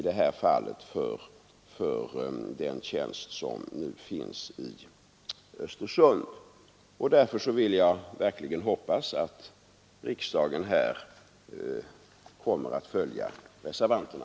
Därför vill jag verkligen hoppas att riksdagen här kommer att följa reservanterna.